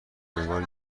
انگار